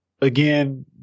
again